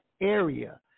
area